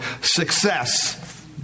success